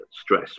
stress